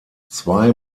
zwei